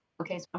okay